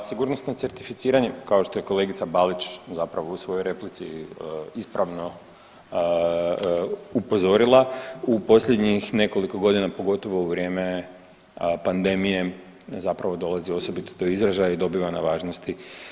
Sigurnosnim certificiranjem kao što je kolegica Balić zapravo u svojoj replici ispravno upozorila u posljednjih nekoliko godina pogotovo u vrijeme pandemije zapravo dolazi osobito do izražaja i dobiva na važnosti.